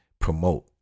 promote